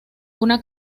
una